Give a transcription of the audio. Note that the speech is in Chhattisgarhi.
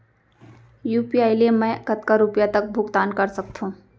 यू.पी.आई ले मैं कतका रुपिया तक भुगतान कर सकथों